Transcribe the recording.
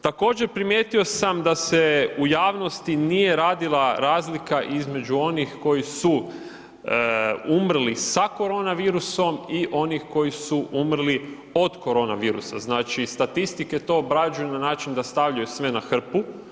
Također primijetio sam da se u javnosti nije radila razlika između onih koji su umrli sa korona virusom i oni koji su umrli od korona virusa, znači statistike to obrađuju na način da stavljaju sve na hrpu.